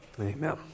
Amen